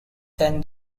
than